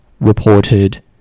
reported